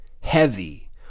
heavy